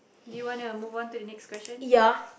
do you wanna move on to the next question